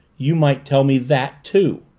you might tell me that, too.